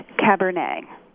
Cabernet